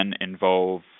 involve